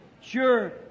Sure